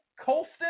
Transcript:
Colston